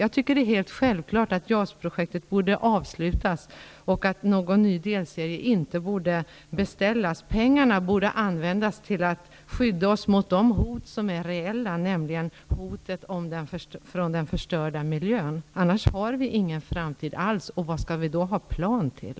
Jag tycker att det är helt självklart att JAS projektet borde avslutas och att en ny delserie inte skall beställas. Pengarna borde användas för att skydda oss mot de hot som är reella, nämligen hotet från den förstörda miljön. Annars har vi ingen framtid alls. Och vad skall vi då ha flygplan till?